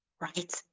right